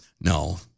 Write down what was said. No